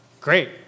great